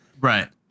Right